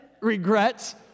regrets